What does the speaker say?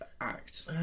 act